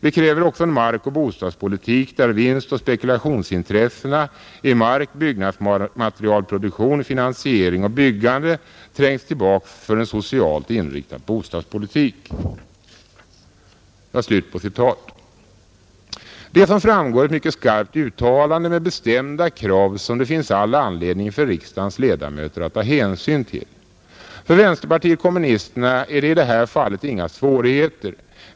Vi kräver också en markoch bostadspolitik där vinstoch spekulationsintressena i mark, byggnadsmaterialproduktion, finansiering och byggande trängs tillbaka för en socialt inriktad bostadspolitik.” Det är som framgår ett mycket skarpt uttalande med bestämda krav, som det finns all anledning för riksdagens ledamöter att ta hänsyn till, För vänsterpartiet kommunisterna är det i det här fallet inga svårigheter.